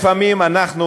שלפעמים אנחנו